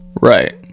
right